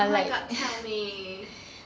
oh my god tell me